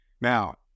Now